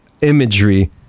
imagery